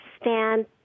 stand